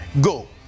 go